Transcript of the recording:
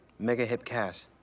make a hip cast,